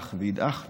וידעך וידעך,